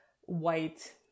white